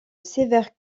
sévère